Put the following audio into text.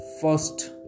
first